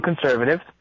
conservatives